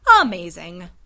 amazing